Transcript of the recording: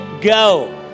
go